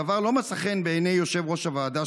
הדבר לא מצא חן בעיני יושב ראש-הוועדה,